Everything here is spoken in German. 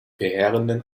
verheerenden